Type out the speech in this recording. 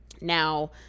Now